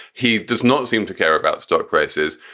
he does not seem to care about stock prices.